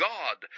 God